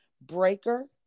Breaker